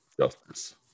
justice